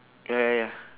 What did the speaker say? ya ya